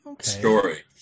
story